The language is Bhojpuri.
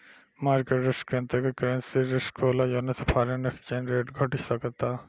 मार्केट रिस्क के अंतर्गत, करेंसी रिस्क होला जौना से फॉरेन एक्सचेंज रेट घट सकता